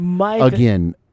Again